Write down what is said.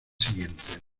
siguientes